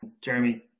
Jeremy